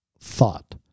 thought